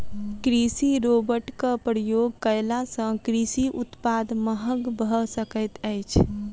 कृषि रोबोटक प्रयोग कयला सॅ कृषि उत्पाद महग भ सकैत अछि